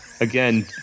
again